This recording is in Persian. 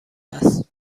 است